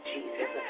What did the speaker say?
Jesus